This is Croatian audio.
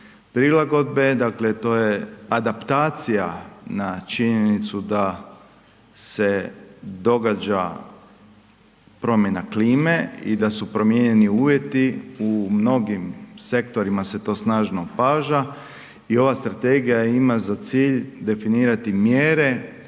Prilagodbe, dakle to je adaptacija na činjenicu da se događa promjena klime i da su promijenjeni uvjeti, u mnogim sektorima se to snažno opaža i ova Strategija im za cilj definirati mjere